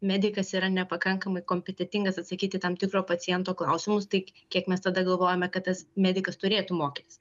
medikas yra nepakankamai kompetentingas atsakyt į tam tikro paciento klausimus tai kiek mes tada galvojame kad tas medikas turėtų mokytis